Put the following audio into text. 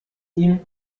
ihm